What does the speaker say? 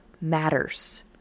matters